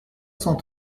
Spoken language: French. cent